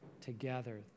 together